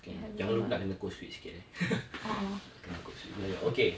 can jangan lupa nak kena code switch sikit eh nak kena code switch melayu okay